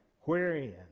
wherein